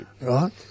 Right